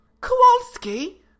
Kowalski